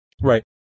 Right